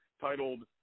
titled